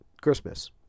Christmas